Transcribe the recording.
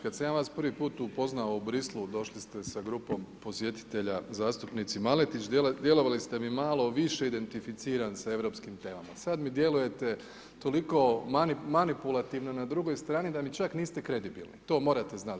Kad sam ja vas prvi put upoznao u Brislu došli ste sa grupom posjetitelja zastupnici Maletić, djelovali ste mi malo više identificiran s europskim temama, sad mi djelujete toliko manipulativno na drugoj strani da mi čak niste kredibilni to morate znat.